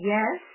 Yes